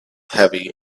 heavy